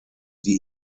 die